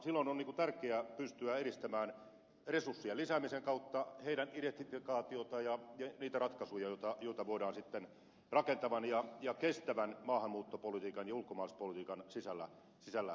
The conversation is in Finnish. silloin on tärkeää pystyä edistämään resurssien lisäämisen kautta heidän identifikaatiotaan ja niitä ratkaisuja joita voidaan sitten rakentavan ja kestävän maahanmuuttopolitiikan ja ulkomaalaispolitiikan sisällä tehdä